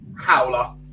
howler